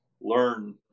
learn